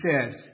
says